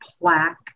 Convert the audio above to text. plaque